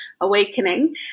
awakening